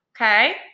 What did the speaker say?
okay